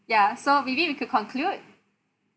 ya so maybe we could conclude